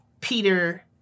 Peter